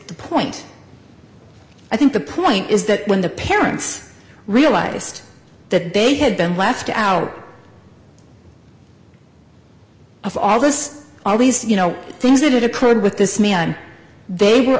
the point i think the point is that when the parents realized that they had been left out of all this all these you know things that occurred with this man they were